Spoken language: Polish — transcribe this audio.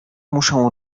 muszę